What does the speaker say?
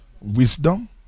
Wisdom